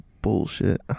bullshit